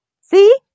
see